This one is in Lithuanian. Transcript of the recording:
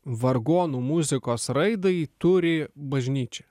vargonų muzikos raidai turi bažnyčia